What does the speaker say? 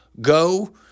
go